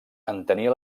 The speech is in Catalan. entenia